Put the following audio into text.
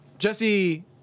Jesse